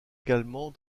également